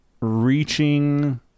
reaching